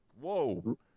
whoa